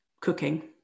cooking